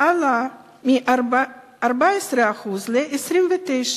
עלה מ-14% ל-29%,